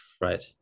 right